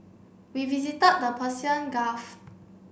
we visited the Persian Gulf